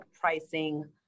pricing